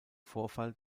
vorfall